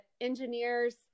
engineers